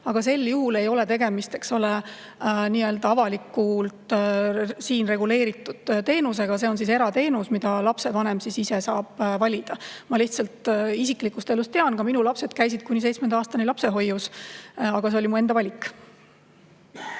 Aga sel juhul ei ole tegemist nii-öelda avalikult siin reguleeritud teenusega. See on siis erateenus, mida lapsevanem ise saab valida. Ma lihtsalt isiklikust elust tean, ka minu lapsed käisid kuni seitsmenda eluaastani lapsehoius. Aga see oli mu enda valik.